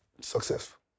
successful